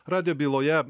radijo byloje